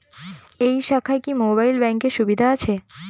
এই শাখায় কি মোবাইল ব্যাঙ্কের সুবিধা আছে?